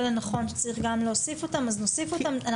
לנכון שצריך גם להוסיף אותם אז נוסיף אותם.